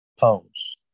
pounds